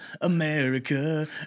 America